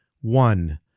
One